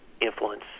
influence